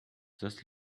just